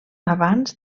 abans